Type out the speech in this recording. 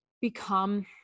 become